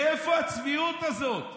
מאיפה הצביעות הזאת?